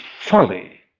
folly